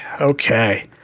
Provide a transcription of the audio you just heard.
Okay